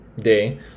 day